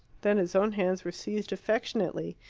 then his own hands were seized affectionately.